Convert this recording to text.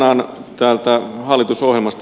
lainaan täältä hallitusohjelmasta